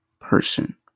person